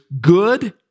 good